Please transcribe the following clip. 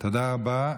תודה רבה.